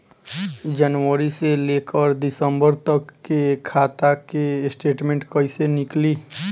जनवरी से लेकर दिसंबर तक के खाता के स्टेटमेंट कइसे निकलि?